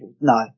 No